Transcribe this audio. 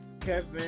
Kevin